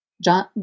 John